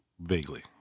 Vaguely